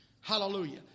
Hallelujah